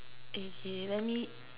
okay let me